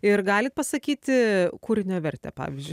ir galit pasakyti kūrinio vertę pavyzdžiui